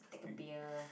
take a beer